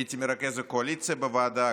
הייתי מרכז הקואליציה בוועדה,